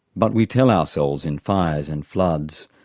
but we tell ourselves in fires and floods,